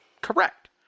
correct